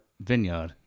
vineyard